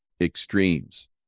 extremes